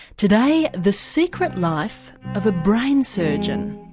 today the secret life of a brain surgeon.